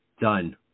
done